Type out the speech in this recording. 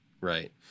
Right